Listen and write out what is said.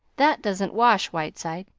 that doesn't wash, whiteside.